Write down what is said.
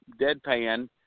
deadpan